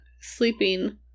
sleeping